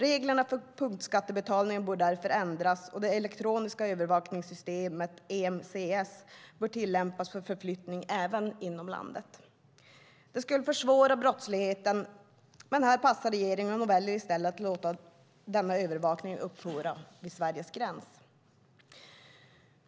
Reglerna för punktskattebetalningar bör därför ändras, och det elektroniska övervakningssystemet EMCS bör tillämpas för förflyttningar även inom landet. Systemet skulle försvåra brottsligheten, men här passar regeringen och väljer i stället att låta denna övervakning upphöra vid Sveriges gräns.